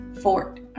fort